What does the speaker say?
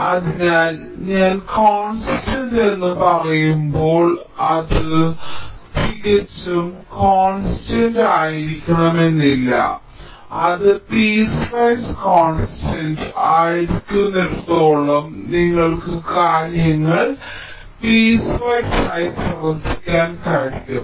അതിനാൽ ഞാൻ കോൺസ്റ്റന്റ് എന്ന് പറയുമ്പോൾ അത് തികച്ചും കോൺസ്റ്റന്റ് ആയിരിക്കണമെന്നില്ലഅത് പീസ്വൈസ് കോൺസ്റ്റന്റ് ആയിരിക്കുന്നിടത്തോളം നിങ്ങൾക്ക് കാര്യങ്ങൾ പീസ്വൈസ് ആയി പ്രവർത്തിക്കാൻ കഴിയും